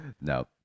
no